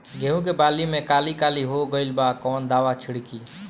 गेहूं के बाली में काली काली हो गइल बा कवन दावा छिड़कि?